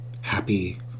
happy